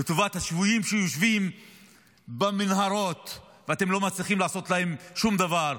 לטובת השבויים שיושבים במנהרות ואתם לא מצליחים לעשות להם שום דבר.